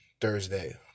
Thursday